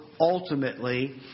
ultimately